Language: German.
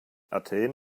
athen